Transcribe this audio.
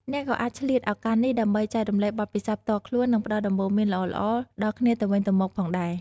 អ្នកក៏អាចឆ្លៀតឱកាសនេះដើម្បីចែករំលែកបទពិសោធន៍ផ្ទាល់ខ្លួននិងផ្តល់ដំបូន្មានល្អៗដល់គ្នាទៅវិញទៅមកផងដែរ។